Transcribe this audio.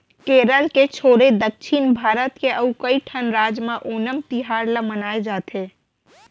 केरल के छोरे दक्छिन भारत के अउ कइठन राज म ओनम तिहार ल मनाए जाथे